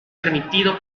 permitido